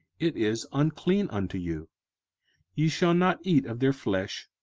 it is unclean unto you ye shall not eat of their flesh,